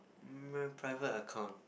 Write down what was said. err private account